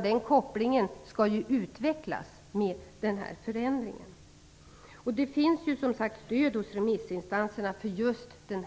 Den kopplingen skall utvecklas i och med förändringen. Det finns stöd hos remissinstanserna för just den